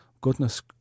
goodness